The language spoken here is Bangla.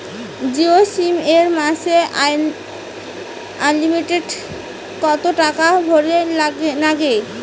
জিও সিম এ মাসে আনলিমিটেড কত টাকা ভরের নাগে?